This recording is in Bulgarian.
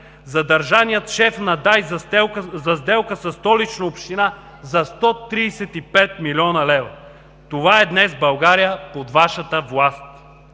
Задържаният шеф на ДАИ за сделка със Столична община за 135 млн. лв. Това е днес България под Вашата власт!